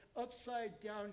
upside-down